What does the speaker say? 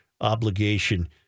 obligation